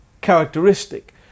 characteristic